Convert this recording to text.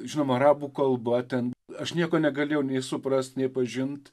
žinoma arabų kalba ten aš nieko negalėjau nei suprast nei pažint